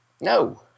No